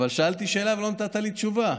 אבל שאלתי שאלה ולא נתת לי תשובה,